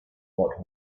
but